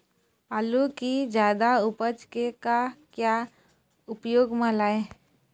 आलू कि जादा उपज के का क्या उपयोग म लाए?